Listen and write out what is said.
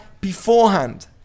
beforehand